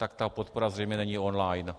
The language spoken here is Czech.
Tak ta podpora zřejmě není online.